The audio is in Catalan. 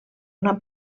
una